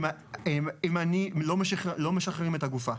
לא משחררים את הגופה.